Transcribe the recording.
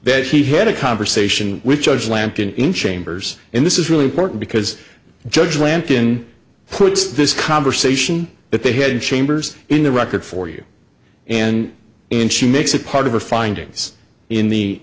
that he had a conversation with judge lampton in chambers and this is really important because judge lampton puts this conversation that they had in chambers in the record for you and and she makes it part of her findings in the